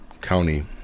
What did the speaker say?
county